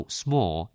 small